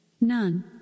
None